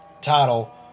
title